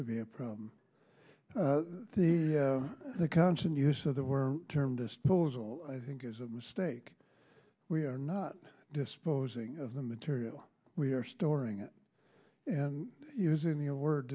to be a problem the constant use of the word term disposal i think is a mistake we are not disposing of the material we are storing it and using the word